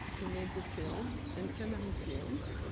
who made the film, and kanari films,